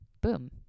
Boom